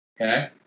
Okay